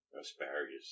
asparagus